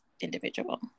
individual